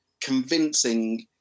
convincing